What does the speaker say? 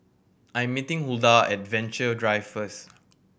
I'm meeting Huldah at Venture Drive first